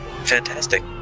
Fantastic